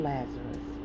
Lazarus